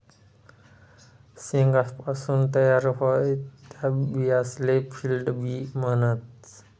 शेंगासपासून तयार व्हतीस त्या बियासले फील्ड बी म्हणतस